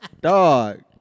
dog